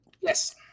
Yes